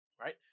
right